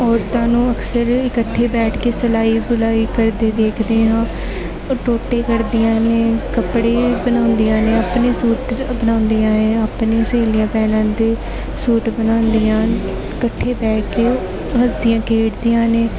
ਔਰਤਾਂ ਨੂੰ ਅਕਸਰ ਇਕੱਠੇ ਬੈਠ ਕੇ ਸਿਲਾਈ ਬੁਣਾਈ ਕਰਦੇ ਦੇਖਦੇ ਹਾਂ ਉਹ ਟੋਟੇ ਕਰਦੀਆਂ ਨੇ ਕੱਪੜੇ ਬਣਾਉਂਦੀਆਂ ਨੇ ਆਪਣੇ ਸੂਟ ਬਣਾਉਂਦੀਆਂ ਐ ਆਪਣੀ ਸਹੇਲੀਆਂ ਭੈਣਾਂ ਦੇ ਸੂਟ ਬਣਾਉਂਦੀਆਂ ਇਕੱਠੇ ਬਹਿ ਕੇ ਹੱਸਦੀਆਂ ਖੇਡਦੀਆਂ ਨੇ